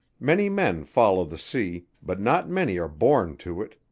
many men follow the sea, but not many are born to it.